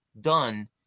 done